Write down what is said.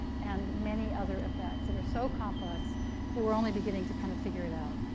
and many other effects that are so complex that we're only beginning to kind of figure it out.